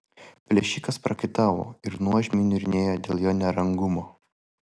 plėšikas prakaitavo ir nuožmiai niurnėjo dėl jo nerangumo